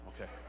Okay